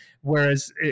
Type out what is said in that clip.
whereas